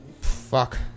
Fuck